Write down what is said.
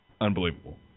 unbelievable